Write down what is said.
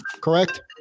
Correct